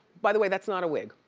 by the way, that's not a wig.